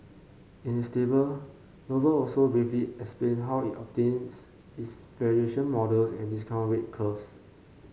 in its state Noble also briefly explained how it obtains its valuation models and discount rate curves